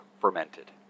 fermented